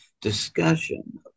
discussion